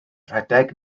rhedeg